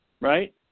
right